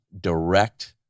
direct